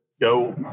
go